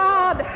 God